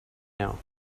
now